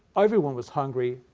everyone was hungry,